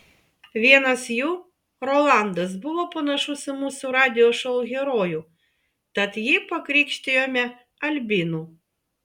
vienas jų rolandas buvo panašus į mūsų radijo šou herojų tad jį pakrikštijome albinu